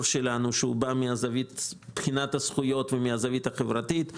שלנו שבא מהזווית של בחינת הזכויות ומהזווית החברתית,